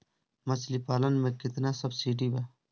मछली पालन मे केतना सबसिडी बा?